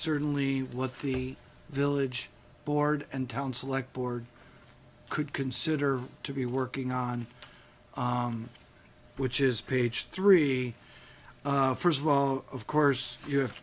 certainly what the village board and town select board could consider to be working on which is page three first of all of course you